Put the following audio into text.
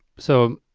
so